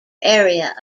area